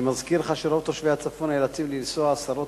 אני מזכיר לך שרוב תושבי הצפון נאלצים לנסוע עשרות